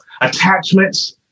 attachments